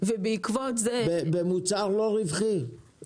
במוצר לא רווחי,